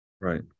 right